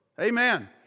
Amen